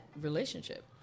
relationship